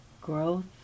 growth